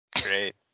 great